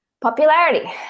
popularity